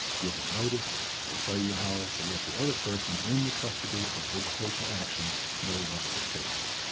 giving notice will tell you how to let the other person in the custody or visitation action know about the case.